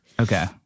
Okay